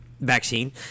vaccine